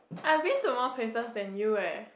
I've been to more places than you eh